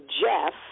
Jeff